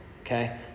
Okay